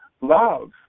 love